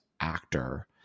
actor